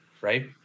right